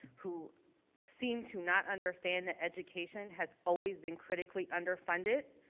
who seem to not understand that education has always been critically underfunded,